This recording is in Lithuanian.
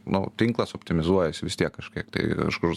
nu tinklas optimizuojasi vis tiek kažkiek tai kažkur